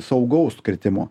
saugaus kritimo